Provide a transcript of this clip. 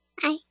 Hi